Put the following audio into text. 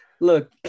look